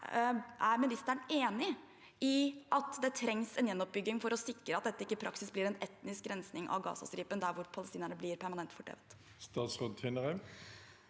Er ministeren enig i at det trengs en gjenoppbygging for å sikre at dette ikke i praksis blir en etnisk rensing av Gazastripen der palestinerne blir permanent fordrevet? Statsråd Anne